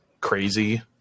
crazy